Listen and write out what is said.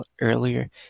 earlier